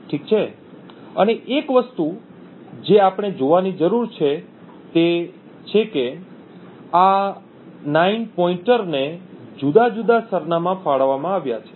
ઠીક છે અને એક વસ્તુ જે આપણે જોવાની જરૂર છે તે છે કે આ 9 પોઇન્ટરને જુદા જુદા સરનામાં ફાળવવામાં આવ્યા છે